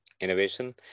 innovation